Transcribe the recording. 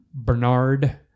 Bernard